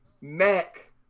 Mac